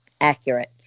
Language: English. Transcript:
accurate